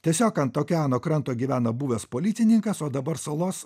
tiesiog ant okeano kranto gyvena buvęs policininkas o dabar salos